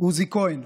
עוזי כהן,